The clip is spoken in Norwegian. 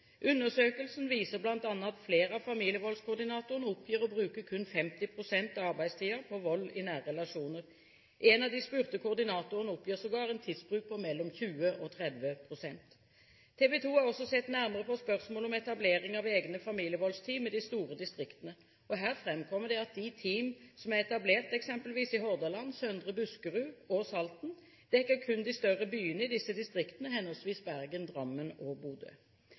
Undersøkelsen viser bl.a. at flere av familievoldskoordinatorene oppgir å bruke kun 50 pst. av arbeidstiden på vold i nære relasjoner. En av de spurte koordinatorene oppgir sågar en tidsbruk på mellom 20 og 30 pst. TV 2 har også sett nærmere på spørsmålet om etablering av egne familievoldsteam i de store distriktene. Her framkommer det at de team som er etablert i eksempelvis Hordaland, Søndre Buskerud og Salten, kun dekker de større byene i disse distriktene, henholdsvis Bergen, Drammen og Bodø.